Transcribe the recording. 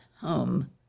home